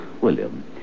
William